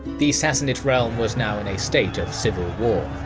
the sassanid realm was now in a state of civil war.